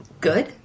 good